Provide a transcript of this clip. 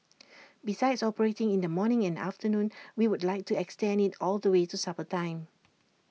besides operating in the morning in the afternoon we would like to extend IT all the way to supper time